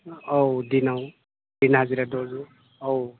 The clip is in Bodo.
औ दिनाव दिन हाजिरा द'जौ औ